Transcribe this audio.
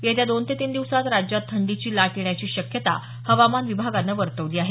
येत्या दोन ते तीन दिवसात राज्यात थंडीची लाट येण्याची शक्यता हवामान विभागानं वर्तवली आहे